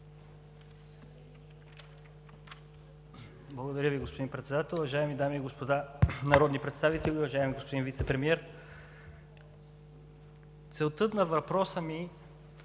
Благодаря Ви, господин Председател. Уважаеми дами и господа народни представители, уважаеми господин Вицепремиер! Целта на въпроса ми